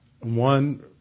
one